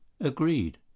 agreed